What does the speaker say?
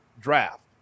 draft